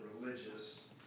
religious